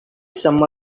some